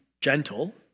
gentle